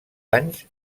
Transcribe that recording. anys